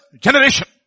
generation